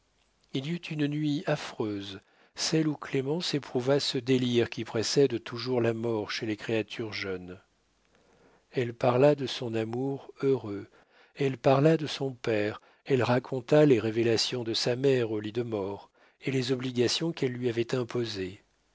il y eut une nuit affreuse celle où clémence éprouva ce délire qui précède toujours la mort chez les créatures jeunes elle parla de son amour heureux elle parla de son père elle raconta les révélations de sa mère au lit de mort et les obligations qu'elle lui avait imposées